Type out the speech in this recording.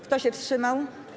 Kto się wstrzymał?